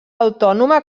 autònoma